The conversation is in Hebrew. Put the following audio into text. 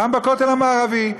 גם בכותל המערבי.